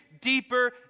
deeper